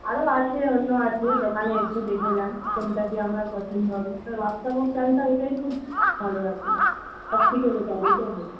আরও আছে অন্য আছে দোকানে এসে দেখে যান কোনটা কী আপনার পছন্দ হবে তবে বাদশাভোগ চালটা ওইটাই খুব আছে ভালো সবথেকে এটা এটাই নিন